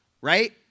right